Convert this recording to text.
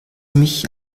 mich